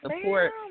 support